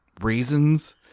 reasons